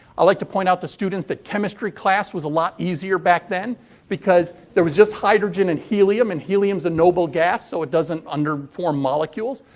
i like to point out to students that chemistry class was a lot easier back then because there was just hydrogen and helium and helium is a noble gas, so it doesn't form molecules.